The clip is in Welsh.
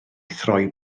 throi